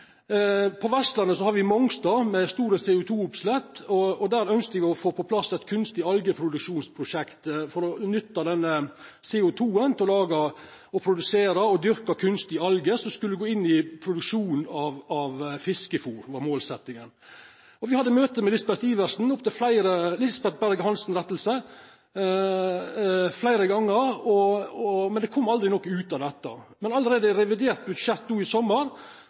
På Vestlandet har me Mongstad med store CO2-utslepp, og der ønskte me å få på plass eit kunstig algeproduksjonsprosjekt for å nytta CO2 til å produsera og dyrka kunstige algar som skulle gå inn i produksjonen av fiskefôr. Dette var målsetjinga. Me hadde møte med Lisbeth Berg-Hansen fleire gonger, men det kom aldri noko ut av dette. Men allereie i revidert budsjett no i sommar